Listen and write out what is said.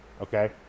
okay